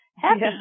Happy